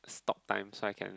stop time so I can